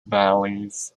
valleys